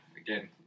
again